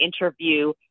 interview